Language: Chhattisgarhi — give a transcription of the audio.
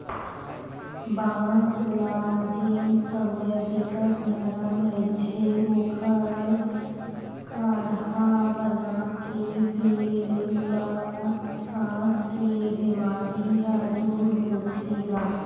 बांस ल जेन समे बिकट नरम रहिथे ओखर काड़हा बनाके पीए ल सास के बेमारी ह दूर होथे गा